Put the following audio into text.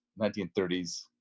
1930s